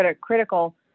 critical